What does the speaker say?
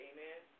Amen